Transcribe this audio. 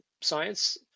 science